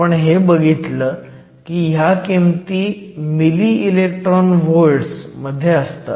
आपण हे ही बघितलं की ह्या किमती मिली इलेक्ट्रॉन व्हॉल्ट्स मध्ये असतात